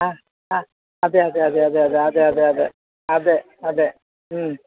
ആ ആ അതെ അതെ അതെ അതെ അതെ അതെ അതെ അതെ അതെ മ്